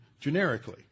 generically